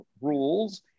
rules